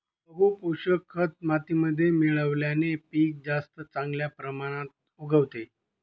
बहू पोषक खत मातीमध्ये मिळवल्याने पीक जास्त चांगल्या प्रमाणात उगवते